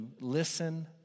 listen